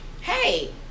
Hey